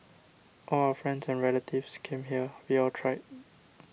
all our friends and relatives came here we all tried